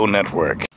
Network